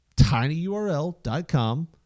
tinyurl.com